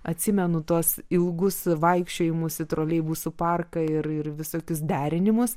atsimenu tuos ilgus vaikščiojimus į troleibusų parką ir ir visokius derinimus